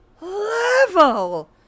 level